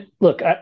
look